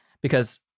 Because-